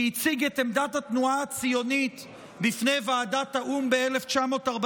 שהציג את עמדת התנועה הציונית בפני ועדת האו"ם ב-1947,